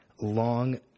long